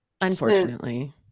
unfortunately